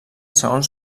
segons